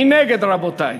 מי נגד, רבותי?